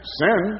sin